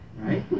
right